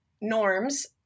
norms